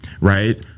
right